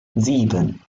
sieben